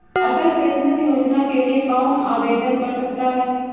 अटल pension योजना के लिए कौन आवेदन कर सकता है?